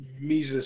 Mises